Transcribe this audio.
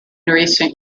recent